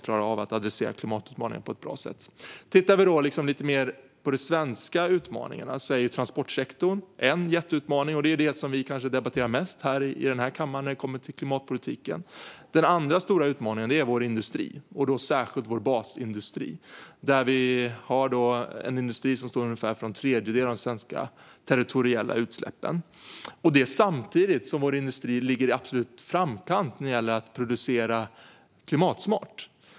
Här i Sverige är transportsektorn en stor utmaning, och kanske den vi debatterar mest i kammaren när det kommer till klimatpolitik. Den andra stora utmaningen är vår industri, särskilt vår basindustri. Industrin står för ungefär en tredjedel av de svenska territoriella utsläppen. Samtidigt ligger vår industri i absolut framkant vad gäller att producera klimatsmart.